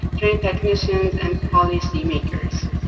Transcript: trained technicians and policy makers.